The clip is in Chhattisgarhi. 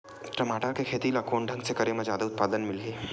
टमाटर के खेती ला कोन ढंग से करे म जादा उत्पादन मिलही?